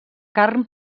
carn